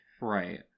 Right